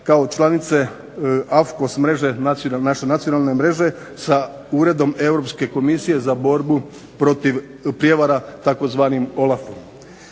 kao članice AFCOS mreže naše nacionalne mreže sa Uredom Europske komisije za borbu protiv prijevara tzv. OLAF-om.